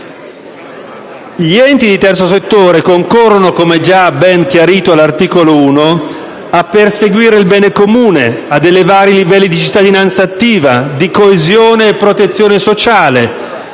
Gli enti di terzo settore concorrono, come già ben chiarito all'articolo 1, a perseguire il bene comune, ad elevare i livelli di cittadinanza attiva, di coesione e protezione sociale,